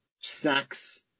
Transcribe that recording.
sex